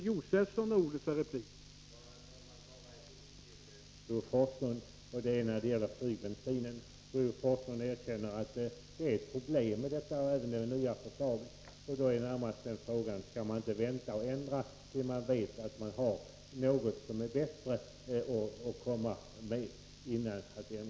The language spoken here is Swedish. Herr talman! Bara en fråga till Bo Forslund när det gäller flygbensinen. Han erkänner att den är ett problem i det nya förslaget. Skall man inte vänta med en ändring till dess man vet att man har något bättre att komma med?